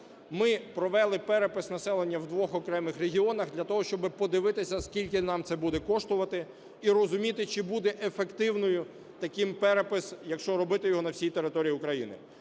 Ми провели перепис населення в двох окремих регіонах для того, щоб подивитися, скільки нам це буде коштувати і розуміти, чи буде ефективним такий перепис, якщо робити його на всій території України.